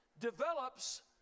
develops